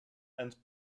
and